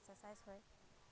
exercise হয়